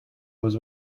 was